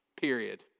Period